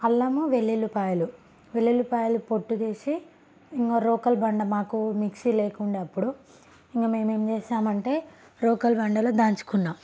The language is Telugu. అల్లము వెల్లుల్లిపాయలు వెల్లుల్లిపాయలు పొట్టు తీసి ఇంక రోకలి బండ మాకు మిక్సీ లేకుండే అప్పుడు ఇంక మేము ఏం చేసామంటే రోకలి బండలో దంచుకున్నాం